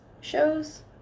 shows